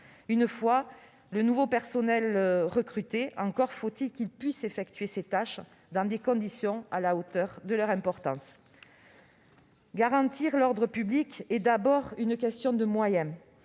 Une fois le nouveau personnel recruté, encore faut-il qu'il puisse effectuer ses tâches dans des conditions à la hauteur de leur importance. Garantir l'ordre public est d'abord une question de moyens.